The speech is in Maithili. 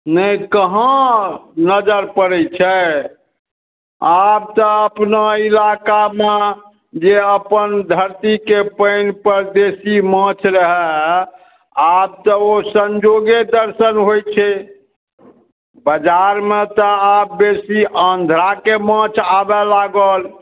नहि कहाँ नजर पड़ै छै आब तऽ अपना इलाकामे जे अपन धरती के पानि परदेशी माछ रहै आब तऽ ओ सन्योगे दर्शन होइ छै बाजारमे तऽ आब बेसी आन्ध्राके माछ आबै लागल